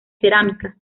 cerámica